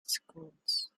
schools